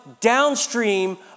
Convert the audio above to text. downstream